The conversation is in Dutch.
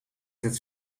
het